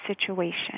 situation